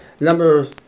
Number